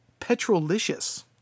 Petrolicious